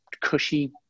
cushy